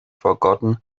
forgotten